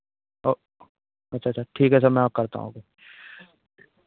अच्छा अच्छा ठीक है सर मैं करता हूँ अभी